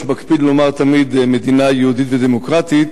מקפיד תמיד לומר "מדינה יהודית ודמוקרטית",